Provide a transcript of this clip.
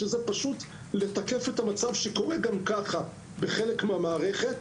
וזה פשוט לתקף את המצב שקורה גם כך בחלק מהמערכת,